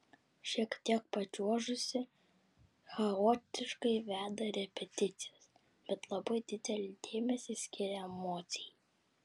šiek tiek pačiuožusi chaotiškai veda repeticijas bet labai didelį dėmesį skiria emocijai